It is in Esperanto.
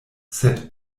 sed